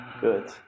Good